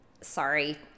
Sorry